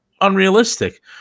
unrealistic